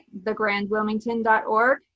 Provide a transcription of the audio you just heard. thegrandwilmington.org